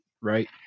right